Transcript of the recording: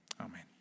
Amen